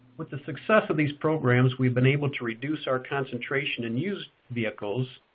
with the success of these programs, we've been able to reduce our concentration in used vehicles,